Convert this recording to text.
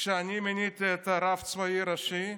כשאני מיניתי את הרב הצבאי הראשי,